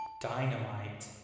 Dynamite